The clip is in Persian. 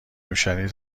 نوشیدنی